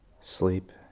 sleep